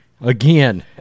Again